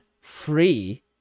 free